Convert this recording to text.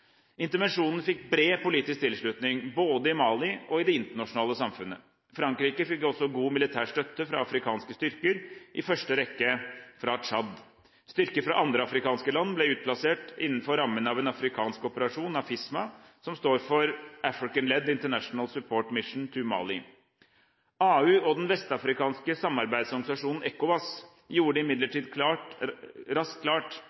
Intervensjonen fikk bred politisk tilslutning, både i Mali og i det internasjonale samfunnet. Frankrike fikk også god militær støtte fra afrikanske styrker, i første rekke fra Tsjad. Styrker fra andre afrikanske land ble utplassert innenfor rammen av en afrikansk operasjon, AFISMA, som står for African-led International Support Mission to Mali. AU og den vestafrikanske samarbeidsorganisasjonen ECOWAS gjorde det imidlertid raskt klart